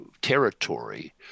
territory